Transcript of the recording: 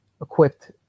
equipped